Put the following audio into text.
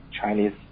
Chinese